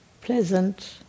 pleasant